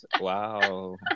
Wow